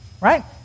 right